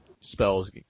spells